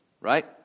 right